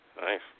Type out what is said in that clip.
Nice